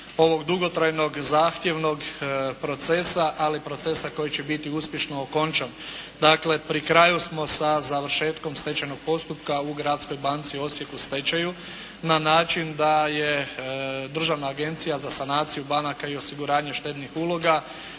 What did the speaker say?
ovog dugotrajnog, zahtjevnog procesa, ali procesa koji će biti uspješno okončan. Dakle, pri kraju smo sa završetkom stečajnog postupka u Gradskoj banci Osijek u stečaju, na način da je Državna agencija za sanaciju banaka i osiguranje štednih uloga